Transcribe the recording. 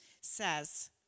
says